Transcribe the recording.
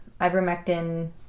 Ivermectin